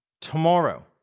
tomorrow